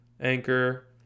Anchor